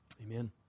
Amen